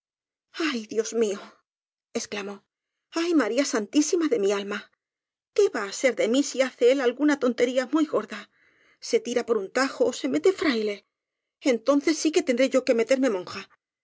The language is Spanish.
ay dios mío exclamó ay maría santí sima de mi alma qué va á ser de mí si hace él alguna tontería muy gorda se tira por un tajo ó se mete fraile entonces sí que tendré yo que meter me monja